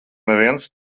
neviens